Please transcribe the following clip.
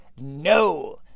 no